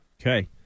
okay